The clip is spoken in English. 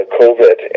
covid